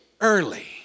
early